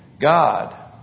God